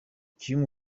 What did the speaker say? umukinnyi